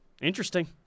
Interesting